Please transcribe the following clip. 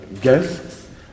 guests